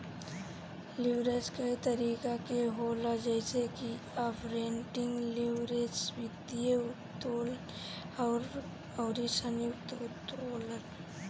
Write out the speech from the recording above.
leverage कई तरही के होला जइसे की आपरेटिंग लीवरेज, वित्तीय उत्तोलन अउरी संयुक्त उत्तोलन